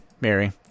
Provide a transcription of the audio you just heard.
Mary